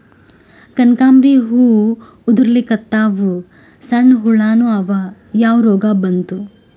ಕನಕಾಂಬ್ರಿ ಹೂ ಉದ್ರಲಿಕತ್ತಾವ, ಸಣ್ಣ ಹುಳಾನೂ ಅವಾ, ಯಾ ರೋಗಾ ಬಂತು?